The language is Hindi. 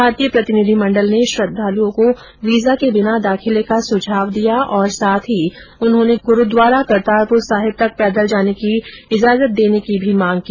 भारतीय प्रतिनिधि मंडल ने श्रद्वालुओं को वीजा के बिना दाखिले का सुझाव दिया और साथ ही उन्होंने गुरूद्वारा करतारपुर साहिब तक पैदल जाने की इजाजत देने की मांग भी की